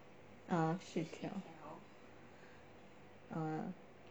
ah fish 一条 ah